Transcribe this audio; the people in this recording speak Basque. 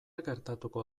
gertatuko